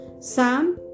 Sam